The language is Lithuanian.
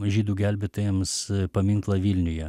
žydų gelbėtojams paminklą vilniuje